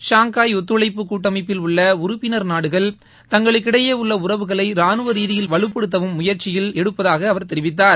Shanghai ஒத்துழைப்பு கூட்டமைப்பில் உள்ள உறுப்பினர் நாடுகள் தங்களுக்கிடையே உள்ள உறவுகளை ரானுவ ரீதியில் வலுப்படுத்தவும் முயற்சி எடுப்பதாக அவர் தெரிவித்தார்